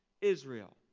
Israel